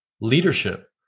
leadership